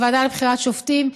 הוועדה לבחירת שופטים,